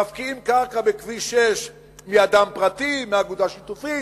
מפקיעים קרקע בכביש 6 מאדם פרטי, מאגודה שיתופית,